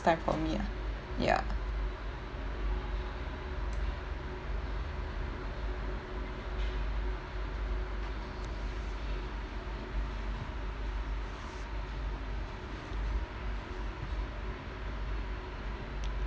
time for me ah ya